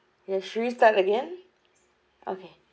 yes should we start again okay